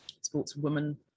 sportswoman